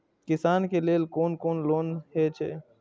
किसान के लेल कोन कोन लोन हे छे?